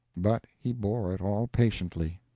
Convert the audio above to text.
but he bore it all patiently.